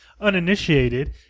uninitiated